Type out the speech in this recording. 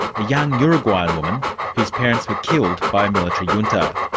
a young uruguayan woman whose parents were killed by a military junta.